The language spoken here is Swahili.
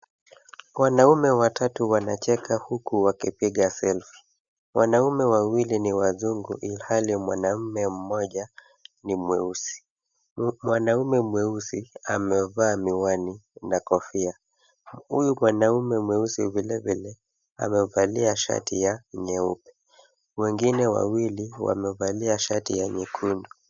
Wanaume watatu wanacheka huku wakipiga selfi . Wanaume wawili ni wazungu ilhali mwanaume mmoja ni mweusi. Mwanaume mweusi amevaa miwani na kofia. Huyu mwanaume mweusi vilevile amevalia shati ya nyeupe, wengine wawili wamevalia shati ya nyekundu.